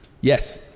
Yes